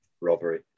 robbery